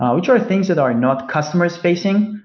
um which are things that are not customer spacing.